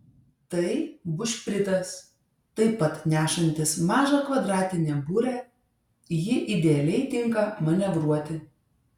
tai bušpritas taip pat nešantis mažą kvadratinę burę ji idealiai tinka manevruoti